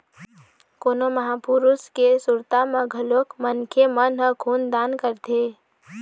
कोनो महापुरुष के सुरता म घलोक मनखे मन ह खून दान करथे